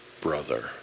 brother